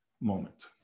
moment